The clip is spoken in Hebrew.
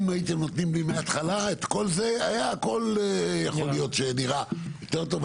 אם הייתם נותנים לי מהתחלה את כל זה הכול היה נראה יותר טוב,